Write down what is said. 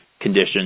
conditions